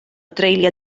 dreulio